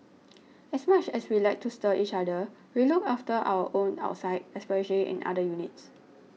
as much as we like to stir each other we look after our own outside especially in other units